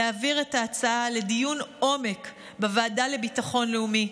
להעביר את ההצעה לדיון עומק בוועדה לביטחון לאומי,